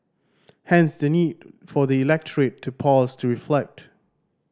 hence the need for the electorate to pause to reflect